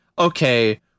okay